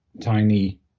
tiny